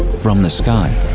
from the sky.